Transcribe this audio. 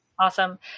Awesome